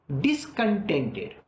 Discontented